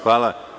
Hvala.